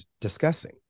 discussing